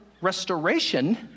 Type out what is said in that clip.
restoration